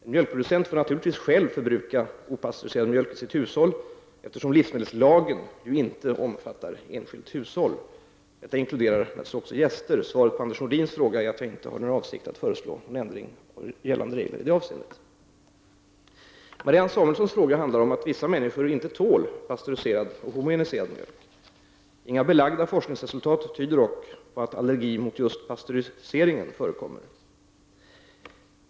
En mjölkproducent får naturligtvis själv förbruka den opastöriserade mjölken i sitt hushåll, eftersom livsmedelslagen inte omfattar enskilt hushåll. Detta inkluderar givetvis också gäster. Svaret på Anders Nordins fråga är att jag inte har några avsikter att föreslå någon förändring av gällande regler i det avseendet. Marianne Samuelssons fråga handlar om att vissa människor inte tål pastöriserad och homogeniserad mjölk. Inga belagda forskningsresultat tyder dock på att allergi mot just pastöriserad mjölk förekommer.